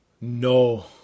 No